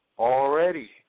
Already